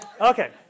Okay